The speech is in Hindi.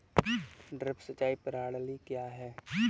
ड्रिप सिंचाई प्रणाली क्या है?